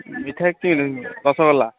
ମିଠା କି ରସଗୋଲା